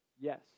Yes